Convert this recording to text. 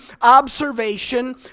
observation